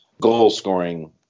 goal-scoring